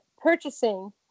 purchasing